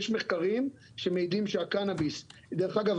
יש מחקרים שמעידים שהקנביס - דרך אגב,